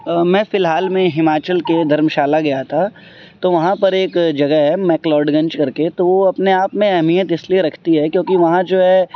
میں فی الحال میں ہماچل کے دھرمشالا گیا تھا تو وہاں پر ایک جگہ ہے میکلاڈ گنج کر کے تو وہ اپنے آپ میں اہمیت اس لیے رکھتی ہے کیونکہ وہاں جو ہے